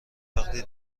وقتی